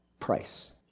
price